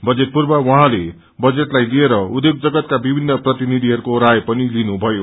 budget पूर्व उझैंले बजेटलाई लिएर उध्योग जगतक्र विभिन्न प्रतिनिधिहरूको राय पनि लिनुभयो